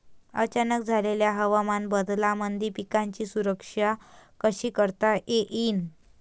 अचानक झालेल्या हवामान बदलामंदी पिकाची सुरक्षा कशी करता येईन?